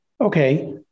okay